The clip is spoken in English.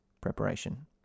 preparation